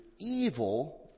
evil